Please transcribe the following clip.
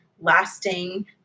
lasting